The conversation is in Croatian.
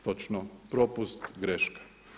Točno, propust, greška.